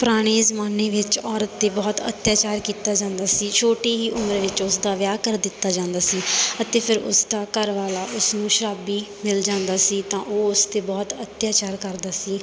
ਪੁਰਾਣੇ ਜ਼ਮਾਨੇ ਵਿੱਚ ਔਰਤ 'ਤੇ ਬਹੁਤ ਅੱਤਿਆਚਾਰ ਕੀਤਾ ਜਾਂਦਾ ਸੀ ਛੋਟੀ ਹੀ ਉਮਰ ਵਿੱਚ ਉਸ ਦਾ ਵਿਆਹ ਕਰ ਦਿੱਤਾ ਜਾਂਦਾ ਸੀ ਅਤੇ ਫਿਰ ਉਸ ਦਾ ਘਰਵਾਲਾ ਉਸ ਨੂੰ ਸ਼ਰਾਬੀ ਮਿਲ ਜਾਂਦਾ ਸੀ ਤਾਂ ਉਹ ਉਸ 'ਤੇ ਬਹੁਤ ਅੱਤਿਆਚਾਰ ਕਰਦਾ ਸੀ